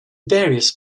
various